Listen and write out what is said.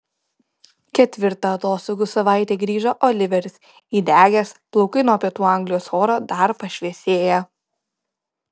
ketvirtą atostogų savaitę grįžo oliveris įdegęs plaukai nuo pietų anglijos oro dar pašviesėję